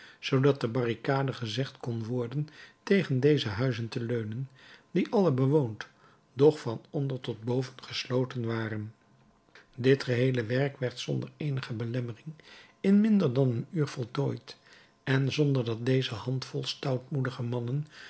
zoodat de barricade gezegd kon worden tegen deze huizen te leunen die alle bewoond doch van onder tot boven gesloten waren dit geheele werk werd zonder eenige belemmering in minder dan een uur voltooid en zonder dat deze handvol stoutmoedige mannen